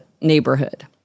neighborhood